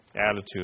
attitude